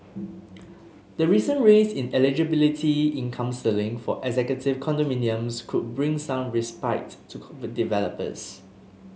the recent raise in eligibility income ceiling for executive condominiums could bring some respite to developers